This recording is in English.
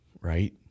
right